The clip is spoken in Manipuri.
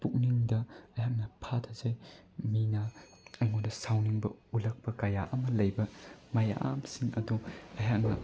ꯄꯨꯛꯅꯤꯡꯗ ꯑꯩꯍꯥꯛꯅ ꯐꯥꯊꯖꯩ ꯃꯤꯅ ꯑꯩꯉꯣꯟꯗ ꯁꯥꯎꯅꯤꯡꯕ ꯎꯠꯂꯛꯄ ꯀꯌꯥ ꯑꯃ ꯂꯩꯕ ꯃꯌꯥꯝꯁꯤꯡ ꯑꯗꯣ ꯑꯩꯍꯥꯛꯅ